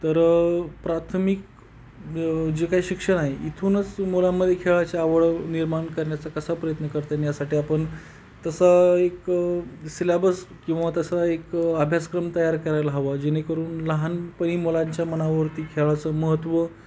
तर प्राथमिक जे काही शिक्षण आहे इथूनच मुलांमध्ये खेळाची आवड निर्माण करण्याचा कसा प्रयत्न करता येईल यासाठी आपण तसा एक सिलॅबस किंवा तसा एक अभ्यासक्रम तयार करायला हवा जेणेकरून लहानपणी मुलांच्या मनावरती खेळाचं महत्त्व